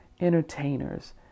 entertainers